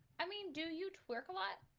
i mean do you twerk a lot?